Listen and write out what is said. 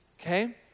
Okay